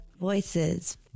Voices